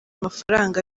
amafaranga